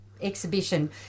Exhibition